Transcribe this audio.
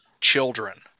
children